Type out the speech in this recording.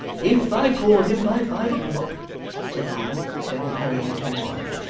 if i call him by five o'clock said varden, turning hurriedly to his wife,